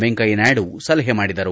ವೆಂಕಯ್ಯ ನಾಯ್ದು ಸಲಹೆ ಮಾಡಿದರು